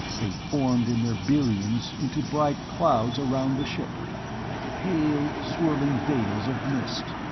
they formed in their billions into bright clouds around the ship pale, swirling veils of mist.